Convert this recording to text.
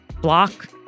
block